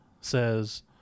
says